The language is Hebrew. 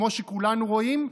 כמו שכולנו רואים,